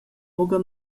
buca